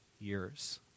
years